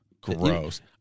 Gross